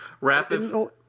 Rapid –